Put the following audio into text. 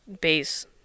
base